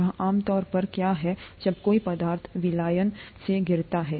यह आमतौर पर क्या है जब कोई पदार्थ विलयन से गिरता है